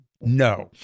no